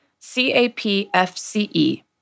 CAPFCE